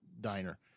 diner